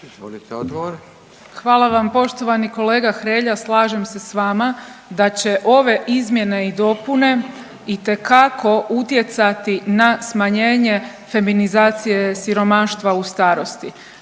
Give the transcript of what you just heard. Hvala vam poštovani kolega Hrelja. Slažem se s vama da će ove izmjene i dopune itekako utjecati na smanjenje feminizacije siromaštva u starosti